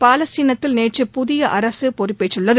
பாலஸ்தீனத்தில் நேற்று புதிய அரசு பொறுப்பேற்றுள்ளது